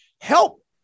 Help